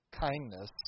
kindness